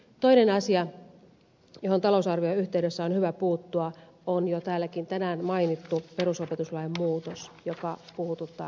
toinen asia johon talousarvion yhteydessä on hyvä puuttua on jo täälläkin tänään mainittu perusopetuslain muutos joka puhututtaa kovasti